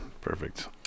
Perfect